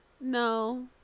no